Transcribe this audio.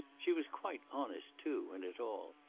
she was quite honest, too, in it all.